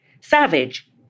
savage